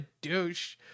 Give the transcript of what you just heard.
douche